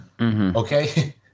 Okay